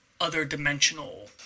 other-dimensional